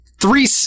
three